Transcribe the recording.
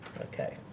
Okay